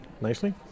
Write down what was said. nicely